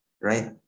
right